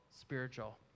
spiritual